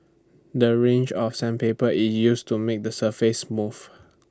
the range of sandpaper is used to make the surface smooth